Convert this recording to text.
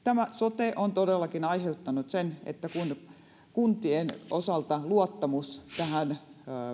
tämä sote on todellakin aiheuttanut sen että kun kuntien osalta luottamus tähän